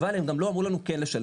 אבל הם גם לא אמרו לנו כן לשלם,